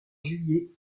juillet